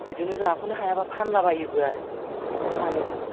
बिदिनो जाख'नो हायाबा फानलाबायोबो आरो फानोबो